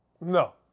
No